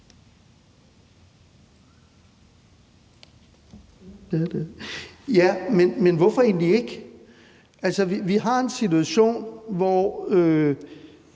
(EL): Hvorfor egentlig ikke? Altså, vi har en situation, hvor